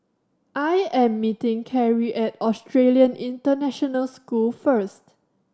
I am meeting Karrie at Australian International School first